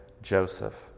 Joseph